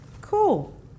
Cool